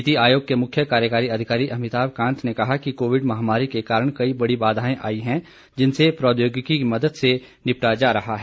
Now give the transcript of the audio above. नीति आयोग के मुख्य कार्यकारी अधिकारी अमिताभ कांत ने कहा कि कोविड महामारी के कारण कई बड़ी बाधाएं आईं हैं जिनसे प्रौद्योगिकी की मदद से निपटा जा रहा है